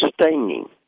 staining